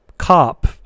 Cop